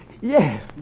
Yes